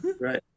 Right